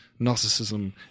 narcissism